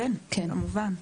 כן כמובן,